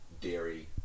dairy